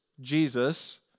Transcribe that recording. Jesus